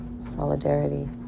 Solidarity